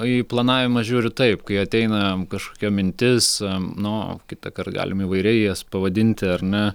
į planavimą žiūriu taip kai ateina kažkokia mintis nu kitąkart galim įvairiai jas pavadinti ar ne